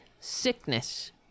sickness